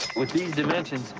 with these dimensions,